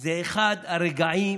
זה אחד הרגעים